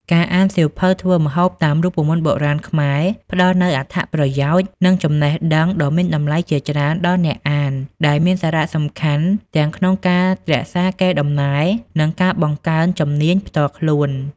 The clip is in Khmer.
ការអានសៀវភៅធ្វើម្ហូបតាមរូបមន្តបុរាណខ្មែរផ្ដល់នូវអត្ថប្រយោជន៍ និងចំណេះដឹងដ៏មានតម្លៃជាច្រើនដល់អ្នកអាន ដែលមានសារៈសំខាន់ទាំងក្នុងការរក្សាកេរដំណែល និងការបង្កើនជំនាញផ្ទាល់ខ្លួន។